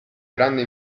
grande